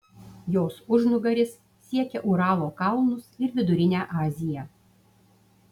jos užnugaris siekia uralo kalnus ir vidurinę aziją